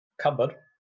cupboard